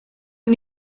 aan